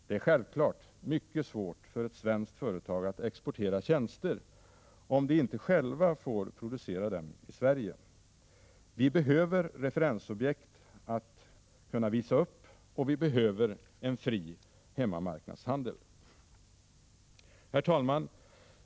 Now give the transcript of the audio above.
Det är självklart mycket svårt för ett svenskt företag att exportera tjänster om de inte själva får producera dem i Sverige. Vi behöver referensobjekt att visa upp och vi behöver en fri hemmamarknadshandel. Herr talman!